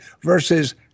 versus